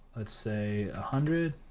let's say, a hundred